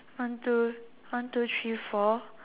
one two one two three four